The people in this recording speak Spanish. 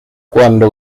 cuando